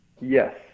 Yes